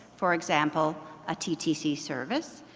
for example a ttc service,